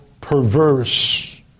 perverse